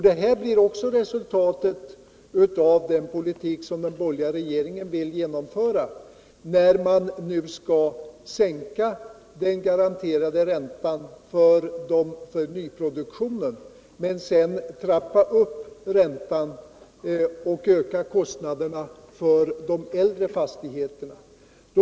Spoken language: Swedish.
Det blir också resultatet av den politik som den borgerliga regeringen vill genomföra, när man nu skall sänka den garanterade räntan för nyproduktionen, men sedan trappa upp räntan och öka köstnaderna för de äldre fastigheterna.